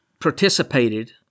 participated—